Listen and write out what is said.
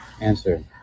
Answer